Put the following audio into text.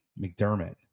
McDermott